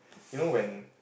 you know when